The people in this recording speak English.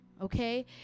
okay